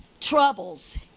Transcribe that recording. troubles